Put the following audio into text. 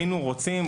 היינו רוצים,